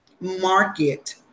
market